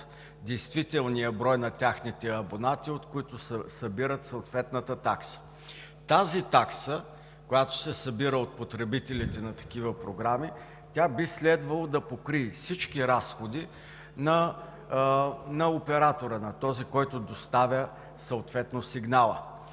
действителния брой на техните абонати, от които събират съответната такса. Тази такса, която се събира от потребителите на такива програми, тя би следвало да покрие всички разходи на оператора, на този, който доставя съответно сигнала,